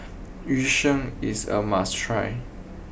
Yu Sheng is a must try